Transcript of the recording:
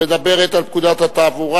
המדברת על תיקון פקודת התעבורה,